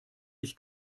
dich